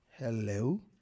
hello